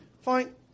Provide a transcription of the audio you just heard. Fine